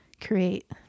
create